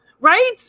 Right